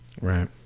Right